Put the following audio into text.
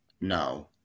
No